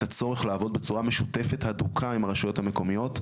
הצורך לעבוד בצורה משותפת הדוקה עם הרשויות המקומיות,